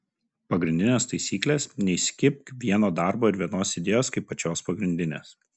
pagrindinės taisyklės neįsikibk vieno darbo ir vienos idėjos kaip pačios pagrindinės